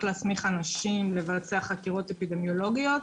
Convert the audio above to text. להסמיך אנשים לבצע חקירות אפידמיולוגיות,